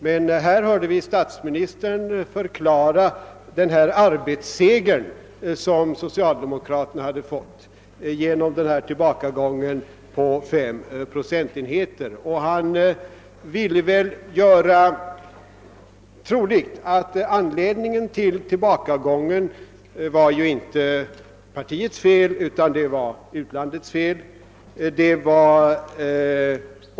Men nu hörde vi statsministern förklara den »arbetsseger» som socialdemokraterna har fått genom tillbakagången på 5 procentenheter, och han ville göra troligt att tillbakagången inte var partiets fel utan utlandets fel.